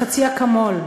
חצי אקמול,